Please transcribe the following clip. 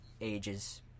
ages